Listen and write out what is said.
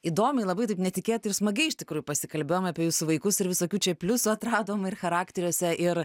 įdomiai labai taip netikėtai ir smagiai iš tikrųjų pasikalbėjom apie jūsų vaikus ir visokių čia pliusų atradom ir charakteriuose ir